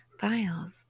files